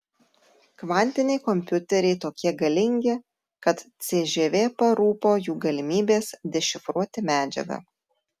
kvantiniai kompiuteriai tokie galingi kad cžv parūpo jų galimybės dešifruoti medžiagą